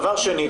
דבר שני,